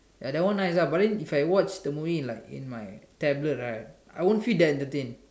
ya that one nice ah but then if I watch the movie in like in my tablet right I won't feel that entertained